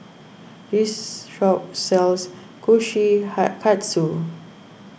this shop sells Kushikatsu